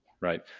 Right